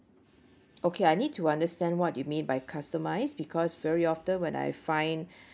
okay I need to understand what you mean by customised because very often when I find